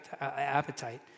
appetite